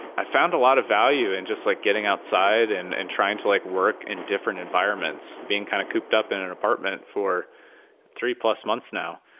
i found a lot of value in just like getting outside and and trying to like work in different environments, being kind of cooped up in an apartment or three plus months now.